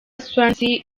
swansea